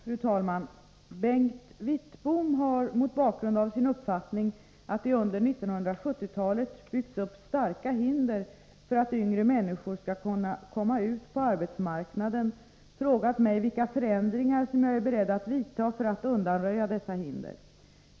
Fru talman! Bengt Wittbom har mot bakgrund av sin uppfattning att det under 1970-talet byggts upp starka hinder för att yngre människor skall kunna komma in på arbetsmarknaden frågat mig vilka förändringar som jag är beredd att vidta för att undanröja dessa hinder.